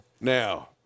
Now